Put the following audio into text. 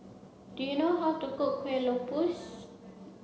do you know how to cook Kueh Lupis